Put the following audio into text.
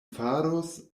faros